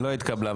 לא התקבלה.